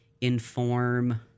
inform